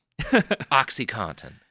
OxyContin